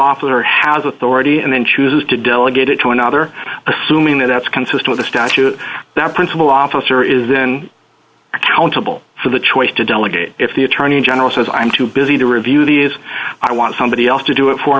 operator has the authority and then chooses to delegate it to another assuming that that's consistent with a statute that principle officer is in accountable for the choice to delegate if the attorney general says i'm too busy to review these i want somebody else to do it for